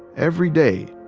every day,